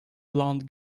blonde